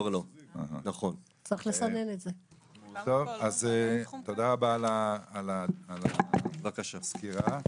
טוב, אז תודה רבה על הסקירה.